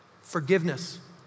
Forgiveness